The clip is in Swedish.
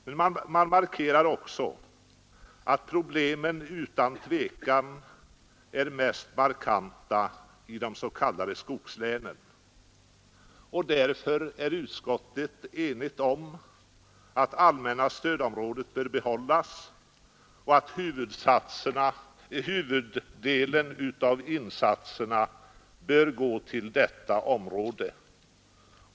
Man konstaterar också att problemen utan tvivel är mest markanta i de s. k skogslänen, och därför är utskottet enigt om att det allmänna stödområdet bör behållas och att huvuddelen av insatserna bör göras där.